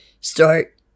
Start